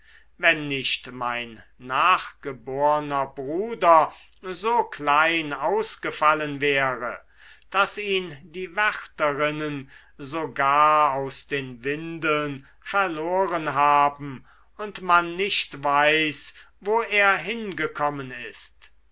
wenn nicht mein nachgeborner bruder so klein ausgefallen wäre daß ihn die wärterinnen sogar aus den windeln verloren haben und man nicht weiß wo er hingekommen ist